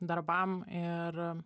darbam ir